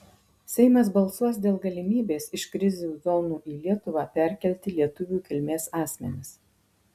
seimas balsuos dėl galimybės iš krizių zonų į lietuvą perkelti lietuvių kilmės asmenis